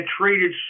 treated